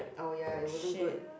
oh ya it wasn't good